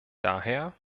daher